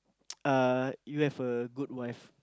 uh you have a good wife